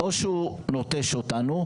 או שהוא נוטש אותנו,